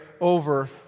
over